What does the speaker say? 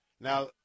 Now